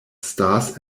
stars